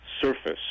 surface